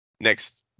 Next